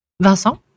Vincent